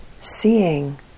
seeing